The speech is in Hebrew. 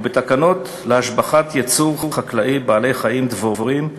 ובתקנות להשבחת ייצור חקלאי (בעלי-חיים) (דבורים),